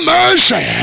mercy